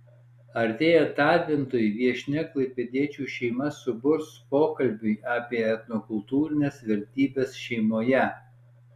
artėjant adventui viešnia klaipėdiečių šeimas suburs pokalbiui apie etnokultūrines vertybes šeimoje